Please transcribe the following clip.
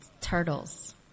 turtles